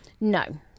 No